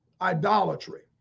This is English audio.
idolatry